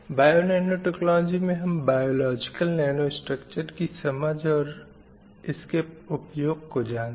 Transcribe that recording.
bionanotechnology में हम biological nano structure की समझ और इसके उपयोग को जानते हैं